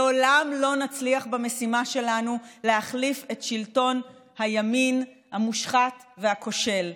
לעולם לא נצליח במשימה שלנו להחליף את שלטון הימין המושחת והכושל,